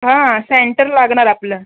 हां सेंटर लागणार आपलं